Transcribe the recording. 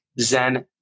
Zen